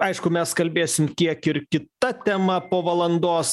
aišku mes kalbėsim kiek ir kita tema po valandos